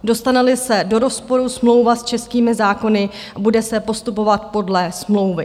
Dostaneli se do rozporu smlouva s českými zákony, bude se postupovat podle smlouvy.